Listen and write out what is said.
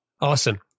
awesome